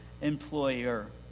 employer